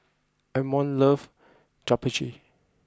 Amon love Japchae